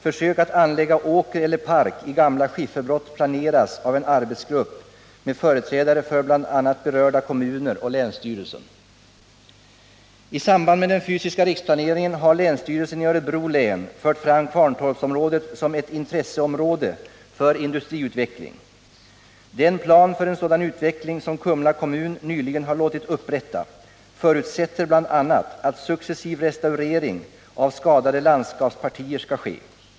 Försök att anlägga åker eller park i gamla skifferbrott planeras av en arbetsgrupp med företrädare för bl.a. berörda kommuner och länsstyrelsen. I samband med den fysiska riksplaneringen har länsstyrelsen i Örebro län fört fram Kvarntorpsområdet som ett intresseområde för industriutveckling. Den plan för en sådan utveckling som Kumla kommun nyligen har låtit upprätta förutsätter bl.a. att successiv restaurering av skadade landskapspartier skall ske.